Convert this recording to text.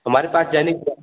हमारे पास दैनिक जाग